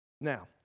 Now